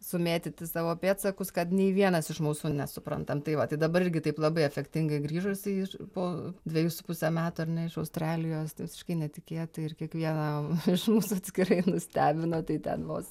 sumėtyti savo pėdsakus kad nei vienas iš mūsų nesuprantam tai va tai dabar irgi taip labai efektingai grįžusį iš po dvejų su puse metų ar ne iš australijos tai visiškai netikėtai ir kiekvieną iš mūsų atskirai nustebino tai ten vos